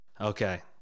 Okay